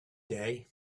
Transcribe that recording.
day